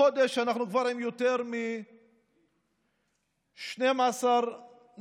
החודש אנחנו כבר עם יותר מ-12 נרצחים,